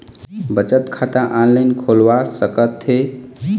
बचत खाता ऑनलाइन खोलवा सकथें?